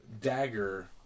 Dagger